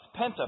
Penta